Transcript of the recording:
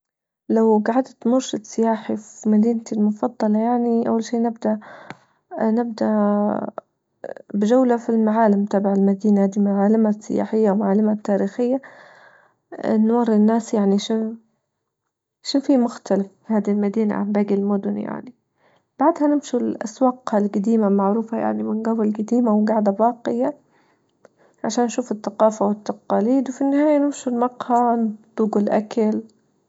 لو جعدت مرشد سياحي في مدينتي المفضلة يعني أول شي نبدأ-نبدأ بجولة في المعالم تبع المدينة أجمل معالمها السياحية ومعالمها التاريخية نوري الناس يعني شو شو في مختلف في هذه المدينة عن باجي يعني، بعدها نمشي للأسواق الجديمة المعروفة يعني من جبل جديمة وجاعدة باقية عشان نشوف الثقافة والتقاليد وفي النهاية نمشو لمقهى تندوجوا الأكل.